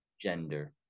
gender